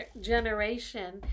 generation